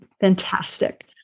fantastic